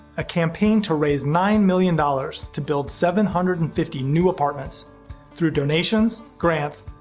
a campaign to raise nine million dollars to build seven hundred and fifty new apartments through donations, grants,